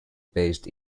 based